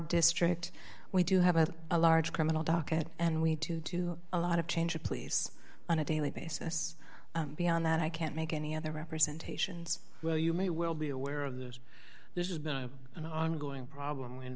district we do have a large criminal docket and we need to do a lot of change of police on a daily basis beyond that i can't make any other representations well you may well be aware of this this is been an ongoing problem in